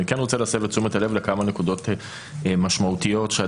אני כן רוצה להסב את תשומת הלב לכמה נקודות משמעותיות שלטעמנו